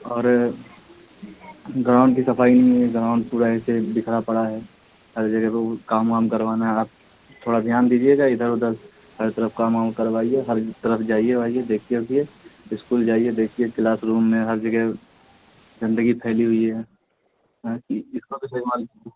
اور گراؤنڈ کی صفائی نہیں ہے گراؤنڈ پورا ایسے بکھرا پڑا ہے ہر جگہ پہ کام وام کروانا ہے آپ تھوڑا دھیان دیجیے گا ادھر ادھر ہر طرف کام وام کروائیے ہر طرف جائیے وائیے دیکھیے ووکیے اسکول جائیے دیکھیے کلاس روم میں ہر جگہ گندگی پھیلی ہوئی ہے اس کو